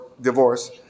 divorce